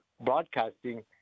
broadcasting